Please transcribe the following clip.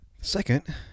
Second